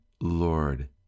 Lord